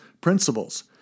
principles